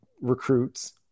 recruits